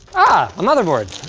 ah, a motherboard.